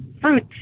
fruit